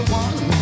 one